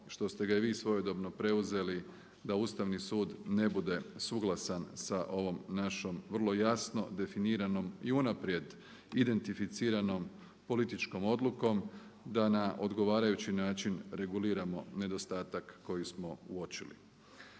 što ste ga i vi svojedobno preuzeli da Ustavni sud ne bude suglasan sa ovom našom vrlo jasno definiranom i unaprijed identificiranom političkom odlukom, da na odgovarajući način reguliramo nedostatak koji smo uočili.